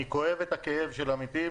אני כואב את הכאב של המתים,